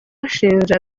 ashinja